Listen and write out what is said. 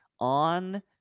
on